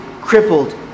crippled